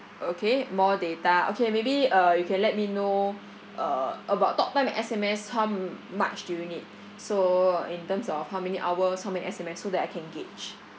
okay more data okay maybe uh you can let me know uh about talktime and S_M_S how m~ much do you need so in terms of how many hours how many S_M_S so that I can gauge